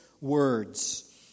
words